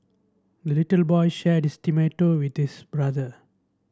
the little boy shared his tomato with this brother